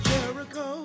Jericho